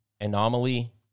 anomaly